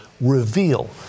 reveal